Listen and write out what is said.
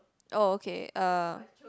oh okay uh